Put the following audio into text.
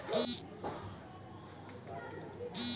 काजू बदाम खइला से कमज़ोरी ना होला